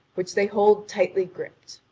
which they hold tightly gripped.